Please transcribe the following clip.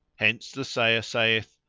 hence the sayer saith,